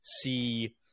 see